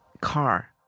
car